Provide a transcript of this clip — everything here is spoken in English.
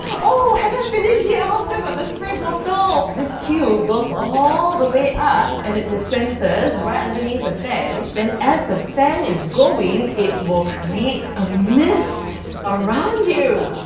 oh haven't finish yet still got the spray bottle! this tube goes all the way up and it dispenses right underneath the fan then as the fan is going, it will create a mist around you!